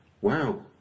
wow